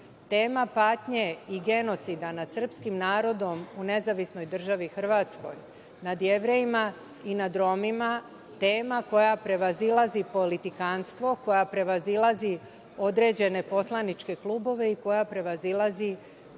tema patnje i genocida nad srpskim narodom, u nezavisnoj državi Hrvatskoj nad Jevrejima i nad Romima, tema koja prevazilazi politikanstvo, koja prevazilazi određene poslaničke klubove i koja prevazilazi